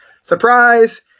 Surprise